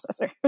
processor